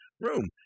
room